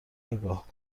نگاه